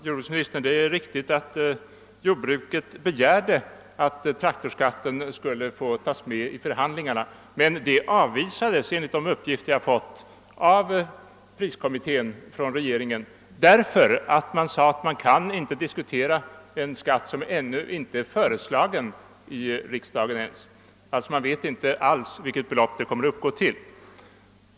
Herr talman! Det är riktigt, herr jordbruksminister, att jordbruket begärde att traktorskatten skulle få tas med vid förhandlingarna. Detta avvisades emellertid, enligt de uppgifter jag fått, av regeringens prisförhandlare med motiveringen att det inte gick att diskutera en skatt som ännu inte ens föreslagits i riksdagen. Och att man alltså inte visste "vilket belopp skatten skulle uppgå till.